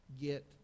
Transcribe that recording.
Get